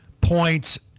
points